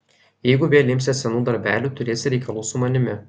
jeigu vėl imsies senų darbelių turėsi reikalų su manimi